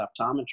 optometry